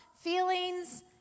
feelings